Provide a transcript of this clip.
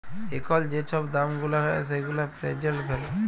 এখল যে ছব দাম গুলা হ্যয় সেগুলা পের্জেল্ট ভ্যালু